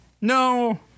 No